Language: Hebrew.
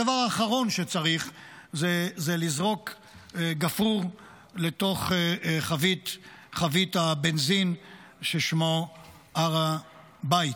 הדבר האחרון שצריך זה לזרוק גפרור לתוך חבית הבנזין ששמה הר הבית.